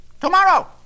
Tomorrow